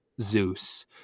Zeus